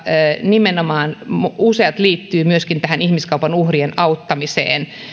nimenomaan useat liittyvät myöskin tähän ihmiskaupan uhrien auttamiseen